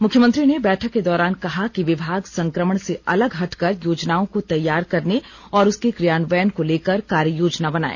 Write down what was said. मुख्यमंत्री ने बैठक के दौरान कहा कि विभाग संक्रमण से अलग हटकर योजनाओं को तैयार करने और उसके कियान्यवन को लेकर कार्य योजना बनाए